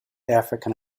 african